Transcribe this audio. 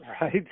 Right